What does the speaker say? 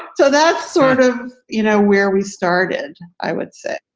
so that's sort of you know where we started, i would say.